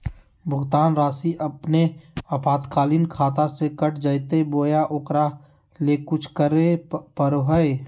भुक्तान रासि अपने आपातकालीन खाता से कट जैतैय बोया ओकरा ले कुछ करे परो है?